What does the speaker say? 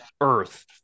earth